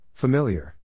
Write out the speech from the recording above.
Familiar